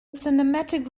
cinematic